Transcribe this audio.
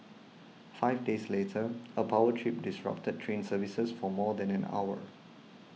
five days later a power trip disrupted train services for more than an hour